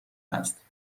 است